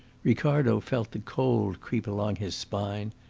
ricardo felt the cold creep along his spine,